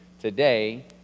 today